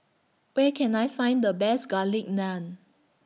Where Can I Find The Best Garlic Naan